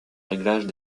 réglages